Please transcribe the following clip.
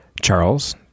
Charles